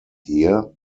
here